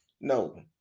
No